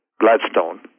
Gladstone